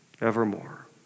evermore